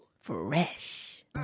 Fresh